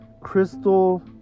Crystal